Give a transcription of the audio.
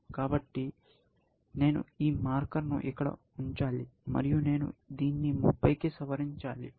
కాబట్టి నేను ఈ మార్కర్ను ఇక్కడ ఉంచాలి మరియు నేను దీన్ని 30 కి సవరించాలి